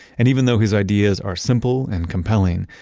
and even though his ideas are simple and compelling,